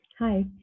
Hi